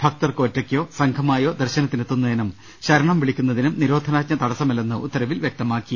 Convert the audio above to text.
ഭക്തർക്ക് ഒറ്റയ്ക്കോ സംഘമായോ ദർശനത്തിനെത്തുന്നതിനും ശരണം വിളിക്കു ന്നതിനും നിരോധനാജ്ഞ തടസ്സമല്ലെന്ന് ഉത്തരവിൽ വൃക്തമാക്കി